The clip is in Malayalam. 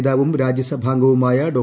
നേതാവും രാജ്യസഭാംഗവുമായ ഡോ